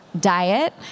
diet